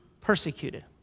persecuted